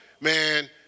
man